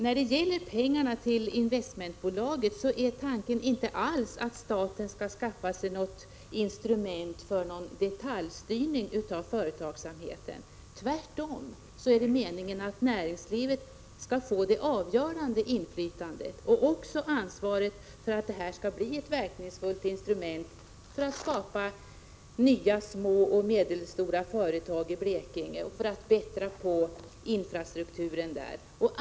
När det gäller pengarna till investmentbolaget är tanken inte alls att staten skall skaffa sig något instrument för detaljstyrning av företagsamheten. Tvärtom är det meningen att näringslivet skall få det avgörande inflytandet och också ansvaret för att detta skall bli ett verkningsfullt instrument för att skapa nya små och medelstora företag i Blekinge och bättra på infrastrukturen där.